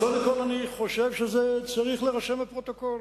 אני חושב שזה צריך להירשם בפרוטוקול.